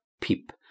peep